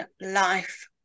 Life